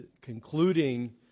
concluding